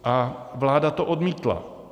A vláda to odmítla.